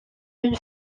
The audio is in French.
une